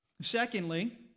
Secondly